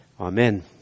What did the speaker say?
Amen